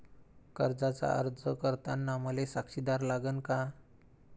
कर्जाचा अर्ज करताना मले साक्षीदार लागन का?